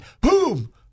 boom